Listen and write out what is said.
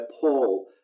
Paul